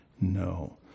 no